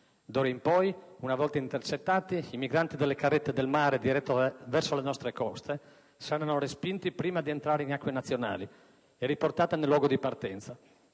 D'ora in poi, una volta intercettati, i migranti delle carrette del mare dirette verso le nostre coste saranno respinti prima di entrare in acque nazionali e riportati nel luogo di partenza.